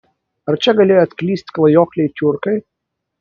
ar čia galėjo atklysti klajokliai tiurkai